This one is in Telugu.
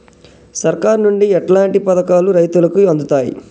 సర్కారు నుండి ఎట్లాంటి పథకాలు రైతులకి అందుతయ్?